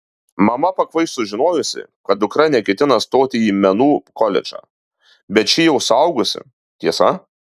mama pakvaiš sužinojusi kad dukra neketina stoti į menų koledžą bet ši jau suaugusi tiesa